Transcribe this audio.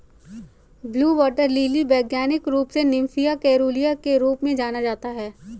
blue water lily वैज्ञानिक रूप से निम्फिया केरूलिया के रूप में जाना जाता है